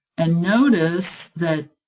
and notice that